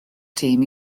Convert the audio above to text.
tîm